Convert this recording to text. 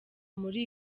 muri